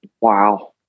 Wow